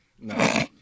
No